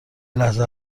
لحظه